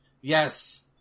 Yes